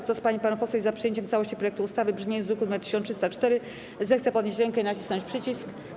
Kto z pań i panów posłów jest za przyjęciem w całości projektu ustawy w brzmieniu z druku nr 1304, zechce podnieść rękę i nacisnąć przycisk.